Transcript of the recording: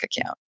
account